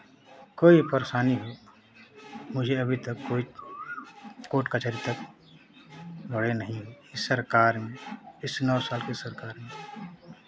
कोई परेशानी हो मुझे अभी तक कोई कोर्ट कचहरी तक बढ़े नहीं इस सरकार में इस नौ साल की सरकार में